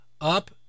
up